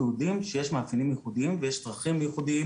אנחנו יודעים שיש מאפיינים ייחודיים ויש צרכים ייחודיים